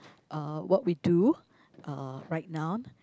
uh what we do uh right now